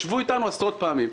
ישבו איתנו עשרות פעמים.